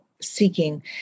seeking